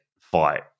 fight